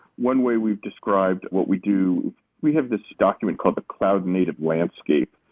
one way we've described what we do we have this document called the cloud native landscape,